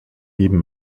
geben